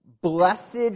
blessed